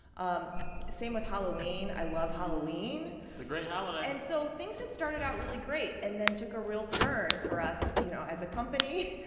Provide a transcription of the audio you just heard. um same with halloween. i love halloween it's a great holiday and so things had started out really great and then took a real turn for us, you know, as a company,